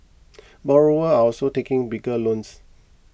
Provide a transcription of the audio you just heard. borrowers are also taking bigger loans